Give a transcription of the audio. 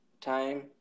time